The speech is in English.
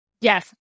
Yes